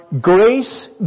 grace